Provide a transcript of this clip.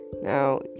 now